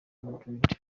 madrid